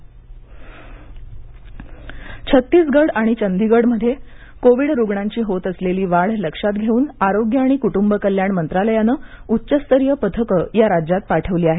आरोग्य समित्या छत्तीसगढ आणि चंदीगढ मध्ये कोविड रुग्णांची होत असलेली वाढ लक्षात घेऊन आरोग्य आणि कुटुंब कल्याण मंत्रालयानं उच्चस्तरीय पथकं या राज्यांत पाठविली आहेत